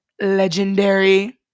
legendary